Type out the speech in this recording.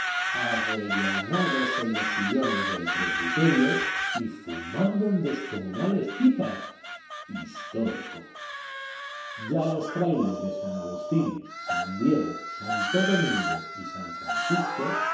dignidad arrellanados en los sillones del presbiterio y fumando en descomunales pipas histórico ya los frailes de san agustín san diego santo domingo y san francisco